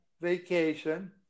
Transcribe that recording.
vacation